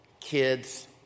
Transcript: kids